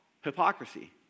hypocrisy